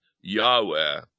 Yahweh